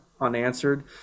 unanswered